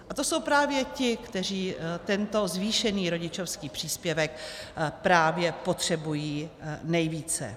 A to jsou právě ti, kteří tento zvýšený rodičovský příspěvek potřebují nejvíce.